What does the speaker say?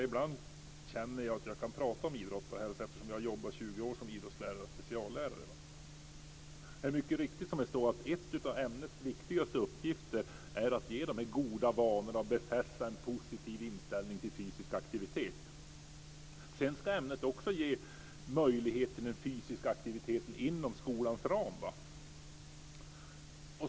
Ibland känner jag att jag kan tala om idrott och hälsa eftersom jag har jobbat i 20 år som idrottslärare och speciallärare. Det är mycket riktigt, som det står, att ett av ämnets viktigaste uppgifter är att ge goda vanor och befästa en positiv inställning till fysisk aktivitet. Sedan ska ämnet också ge möjlighet till fysisk aktivitet inom skolans ram.